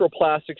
microplastics